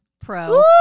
pro